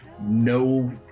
no